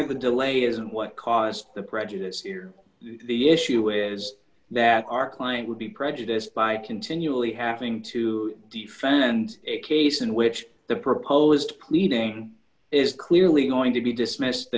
the delay isn't what caused the prejudice here the issue is that our client would be prejudiced by continually having to defend a case in which the proposed pleading is clearly going to be dismissed the